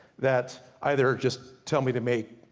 that either just tell me to make,